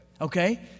okay